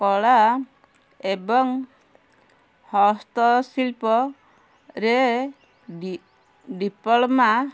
କଳା ଏବଂ ହସ୍ତଶିଳ୍ପରେ ଡି ଡିପ୍ଲୋମା